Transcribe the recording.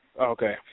Okay